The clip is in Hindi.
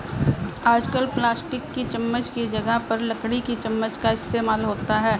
आजकल प्लास्टिक की चमच्च की जगह पर लकड़ी की चमच्च का इस्तेमाल होता है